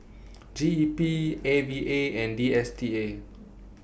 G E P A V A and D S T A